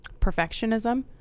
perfectionism